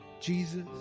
Jesus